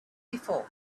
before